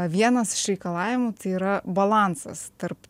vienas iš reikalavimų tai yra balansas tarp